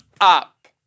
up